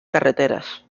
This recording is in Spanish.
carreteras